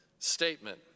statement